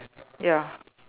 ya